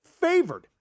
favored